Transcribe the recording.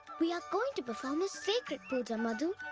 we are going to perform a sacred puja, madhu.